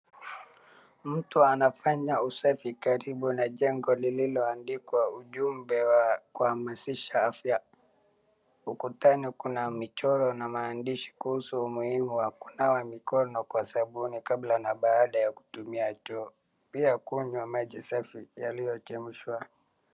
Mtu anafanya usafi karibu na jengo lililoandikwa ujumbe wa kuhamasisha afya. Ukutani kuna michoro na maandishi kuhusu umuhimu wa kunawa mikono kwa sabuni kabla na baada ya kutumiwa choo. Pia kunywa maji safi yaliyochemshwa.